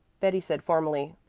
betty said formally,